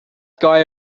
guy